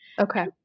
Okay